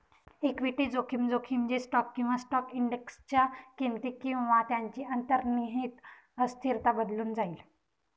equity जोखीम, जोखीम जे स्टॉक किंवा स्टॉक इंडेक्सच्या किमती किंवा त्यांची अंतर्निहित अस्थिरता बदलून जाईल